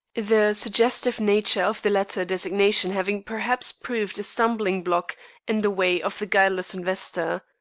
the suggestive nature of the latter designation having perhaps proved a stumbling-block in the way of the guileless investor.